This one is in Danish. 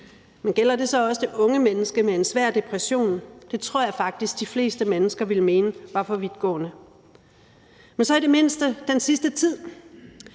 Men gælder det så også det unge menneske med en svær depression? Det tror jeg faktisk de fleste mennesker ville mene var for vidtgående. Men skal det så i det mindste gælde